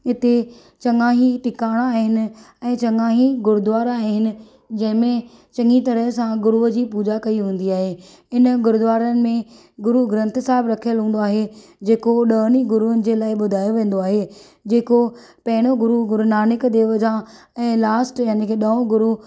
इते चङा ई टिकाणा आहिनि ऐं चङा ई गुरूद्वारा आहिनि जंहिंमें चङी तरह़ सां गुरूअ जी पूजा॒ कई हूंदी आहे इन गुरूदवारनि में गुरू ग्रंथ साहिब रखियलु हूंदो आहे जेको ड॒हनि ई गुरुनि जे लाइ बु॒धायो वेंदो आहे जेको पहिरियों गुरू गुरू नानक देव जा ऐं लास्ट याने की ड॒हों गुरू